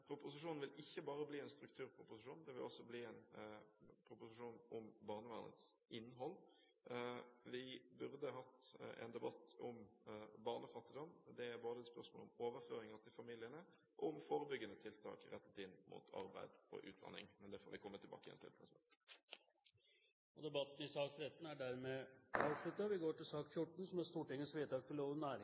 Proposisjonen vil ikke bare bli en strukturproposisjon. Den vil også bli en proposisjon om barnevernets innhold. Vi burde hatt en debatt om barnefattigdom. Det er både et spørsmål om overføringer til familiene og om forebyggende tiltak rettet inn mot arbeid og utdanning. Men det får vi komme tilbake til. Debatten i sak nr. 13 er dermed